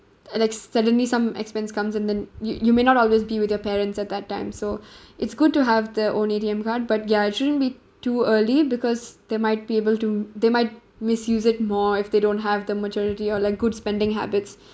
and like suddenly some expense comes and then you you may not always be with your parents at that time so it's good to have their own A_T_M card but ya it shouldn't be too early because they might be able to they might misuse it more if they don't have the maturity or like good spending habits